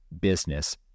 business